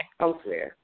okay